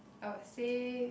I would say